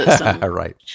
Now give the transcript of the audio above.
Right